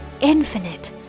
infinite